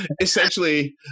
essentially